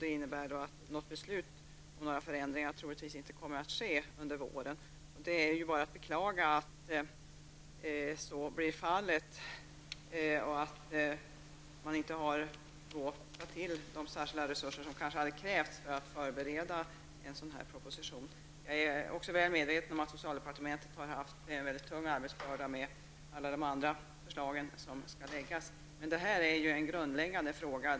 Det innebär att något beslut om förändringar naturligtvis inte kommer att fattas under våren. Det är bara att beklaga att så blir fallet och att man inte har tagit till de särskilda resurser som kanske hade krävts för att förbereda en sådan proposition. Jag är väl medveten om att socialdepartementet har haft en väldigt tung arbetsbörda med alla de andra förslag som skall läggas fram. Men det här är en grundläggande fråga.